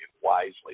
wisely